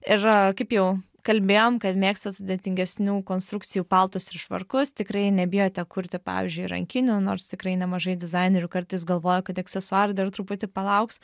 ir kaip jau kalbėjom kad mėgstat sudėtingesnių konstrukcijų paltus ir švarkus tikrai nebijote kurti pavyzdžiui rankinių nors tikrai nemažai dizainerių kartais galvoja kad aksesuarų dar truputį palauks